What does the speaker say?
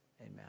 amen